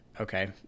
Okay